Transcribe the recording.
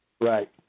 Right